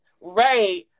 Right